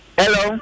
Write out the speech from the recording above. hello